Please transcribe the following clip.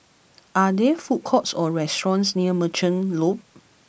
are there food courts or restaurants near Merchant Loop